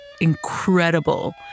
incredible